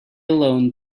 alone